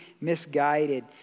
misguided